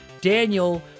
Daniel